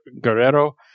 Guerrero